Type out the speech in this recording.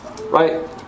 right